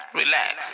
relax